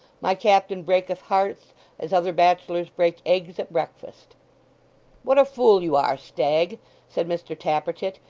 my captain breaketh hearts as other bachelors break eggs at breakfast what a fool you are, stagg said mr tappertit,